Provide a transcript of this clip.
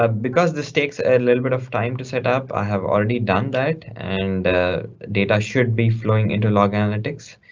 um because this takes a little bit of time to set up, i have already done that and data should be flowing into log analytics.